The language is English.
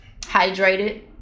hydrated